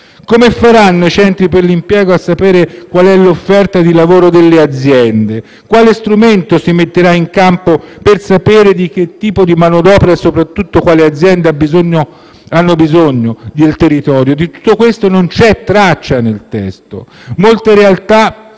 Come faranno i centri per l'impiego a sapere qual è l'offerta di lavoro delle aziende? Quale strumento si metterà in campo per sapere di che tipo di manodopera e, soprattutto, quale azienda ne ha bisogno? Di tutto questo non c'è traccia nel testo. Molte realtà